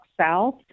South